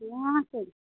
ହଁ ସେ